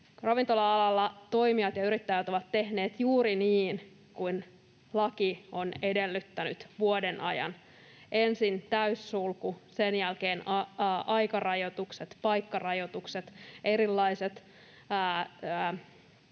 Ravintola-alalla toimijat ja yrittäjät ovat tehneet juuri niin kuin laki on edellyttänyt vuoden ajan: ensin täyssulku, sen jälkeen aikarajoitukset, paikkarajoitukset, erilaiset